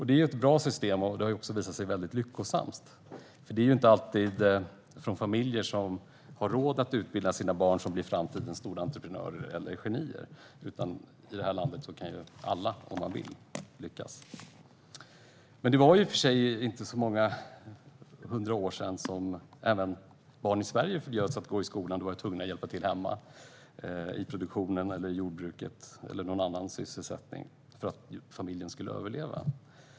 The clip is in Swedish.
Det är ett bra system, och det har också visat sig vara väldigt lyckosamt. Det är inte alltid från familjer som har råd att utbilda sina barn som framtidens stora entreprenörer eller genier kommer. I det här landet kan alla som vill lyckas. Men det var i och för sig inte så många hundra år sedan som barn i Sverige förbjöds att gå i skolan därför att de var tvungna att hjälpa till hemma i produktionen, i jordbruket eller i någon annan sysselsättning - detta för att familjen skulle överleva.